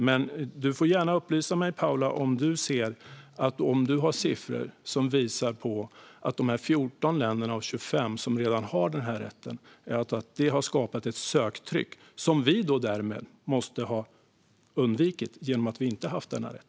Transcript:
Men du får gärna upplysa mig, Paula, om du har siffror som visar att det i dessa 14 av 25 länder som redan har denna rätt har skapats ett söktryck som vi därmed måste ha undvikit genom att inte ha denna rätt.